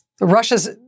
Russia's